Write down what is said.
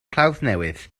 clawddnewydd